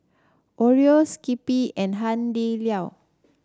Oreo Skippy and Hai Di Lao